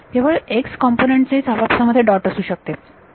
केवळ x component चे च आपापसा मध्ये डॉट असू शकते